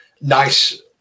Nice